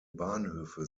bahnhöfe